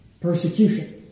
persecution